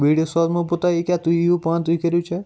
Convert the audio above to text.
video سوٗزمَو بہٕ تۄہہِ تُہۍ أکیاہ تُہۍ تُہۍ یِیِو پانہٕ کٔرِو چٮ۪ک